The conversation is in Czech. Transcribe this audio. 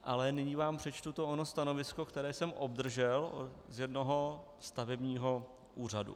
Ale nyní vám přečtu ono stanovisko, které jsem obdržel z jednoho stavebního úřadu.